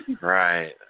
right